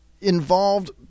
involved